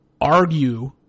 argue